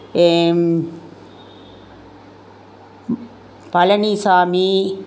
Palaniswami